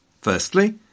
Firstly